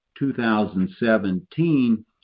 2017